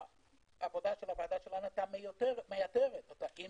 עבודת הוועדה שלנו היתה מייתרת, אם